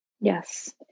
Yes